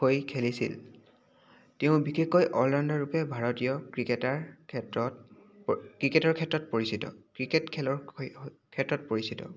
হৈ খেলিছিল তেওঁ বিশেষকৈ অল ৰাউণ্ডাৰ ৰূপে ভাৰতীয় ক্ৰিকেটাৰ ক্ষেত্ৰত ক্ৰিকেটৰ ক্ষেত্ৰত পৰিচিত ক্ৰিকেট খেলৰ ক্ষেত্ৰত পৰিচিত